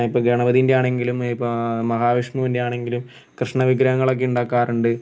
ഇപ്പോൾ ഗണപതിൻ്റെ ആണെങ്കിലും ഇപ്പോൾ മഹാവിഷ്ണുൻ്റ ആണങ്കിലും കൃഷ്ണവിഗ്രഹങ്ങളൊക്കെ ഉണ്ടാക്കാറുണ്ട്